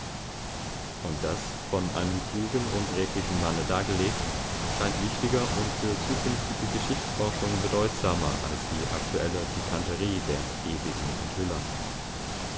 und das von einem klugen und redlichen manne dargelegt scheint wichtiger und für zukünftige geschichtsforschung bedeutsamer als die aktuelle pikanterie der ewigen enthüller